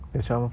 that's why 他们